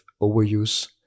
overuse